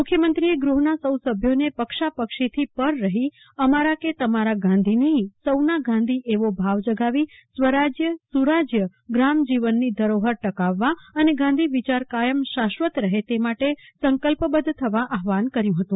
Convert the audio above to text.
મુખ્યમંત્રીએ ગૃહના સૌ સભ્યોને પક્ષાપક્ષીથી પર રહી અમારા કે તમારા ગાંધી નહીં સૌના ગાંધી એવો ભાવ જગાવી સ્વરાજ્ય સુરાજ્ય ગ્રામજનની ધરોહર ટકાવવા અને ગાંધી વીચાર કાયમ શાશ્વત રહે તે માટે સંકલ્પબધ્ધ થવા આહ્વાન કર્યું હતું